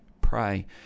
pray